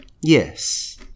yes